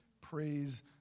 Praise